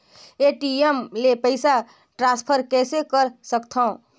ATM ले पईसा transfer कइसे कर सकथव?